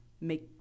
make